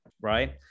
right